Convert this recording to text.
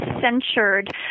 censured